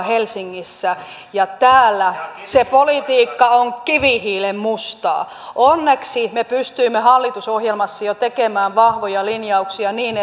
helsingissä ja täällä se politiikka on kivihiilenmustaa onneksi me pystyimme hallitusohjelmassa jo tekemään vahvoja linjauksia niin